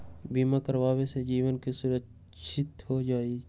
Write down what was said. बीमा करावे से जीवन के सुरक्षित हो जतई?